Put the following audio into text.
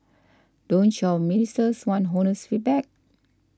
don't your ministers want honest feedback